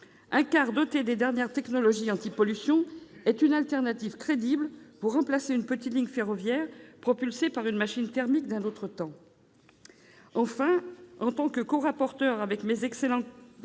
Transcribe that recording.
un car doté des dernières technologies antipollution est une alternative crédible pour remplacer une petite ligne ferroviaire propulsée par une machine thermique d'un autre temps. Enfin, en tant que corapporteur, avec mes excellents